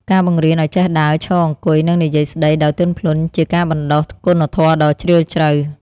ការបង្រៀនឱ្យចេះដើរ ឈរ អង្គុយ និងនិយាយស្ដីដោយទន់ភ្លន់ជាការបណ្ដុះគុណធម៌ដ៏ជ្រាលជ្រៅ។